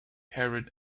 parent